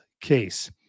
case